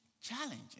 Challenging